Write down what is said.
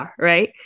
right